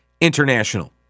International